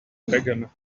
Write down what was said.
dragon